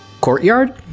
courtyard